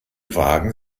wagen